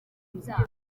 ibyaha